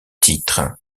titre